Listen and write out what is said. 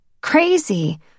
Crazy